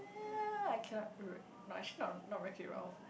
ya ya ya I cannot re~ no actually not not Wreck-It-Ralph